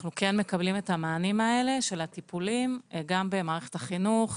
אנחנו כן מקבלים את המענים האלה של הטיפולים גם במערכת החינוך,